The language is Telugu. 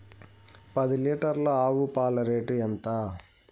పది లీటర్ల ఆవు పాల రేటు ఎంత?